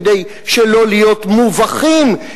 כדי שלא להיות מובכים,